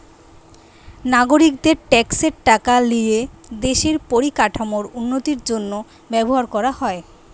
নাগরিকদের ট্যাক্সের টাকা লিয়ে দেশের পরিকাঠামোর উন্নতির জন্য ব্যবহার করা হয়